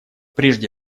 прежде